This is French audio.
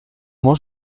mange